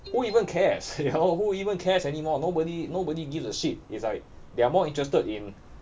who even cares you know who even cares anymore nobody nobody gives a shit it's like they are more interested in